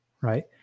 right